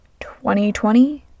2020